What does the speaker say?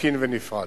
תקין ונפרד.